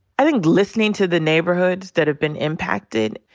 i think listening to the neighborhoods that have been impacted.